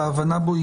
וההבנה בו,